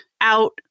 out